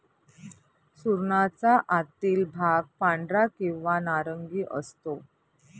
सुरणाचा आतील भाग पांढरा किंवा नारंगी असतो